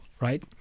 right